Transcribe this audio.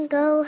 go